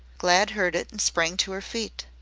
glad heard it and sprang to her feet.